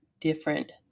different